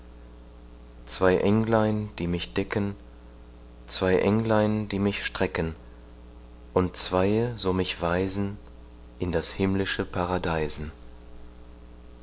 zwei englein die mich decken zwei englein die mich strecken und zweie so mich weisen in das himmlische paradeisen